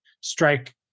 strike